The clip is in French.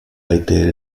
été